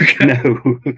No